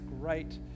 great